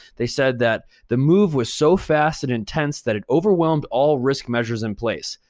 they said that the move was so fast and intense that it overwhelmed all risk measures in place.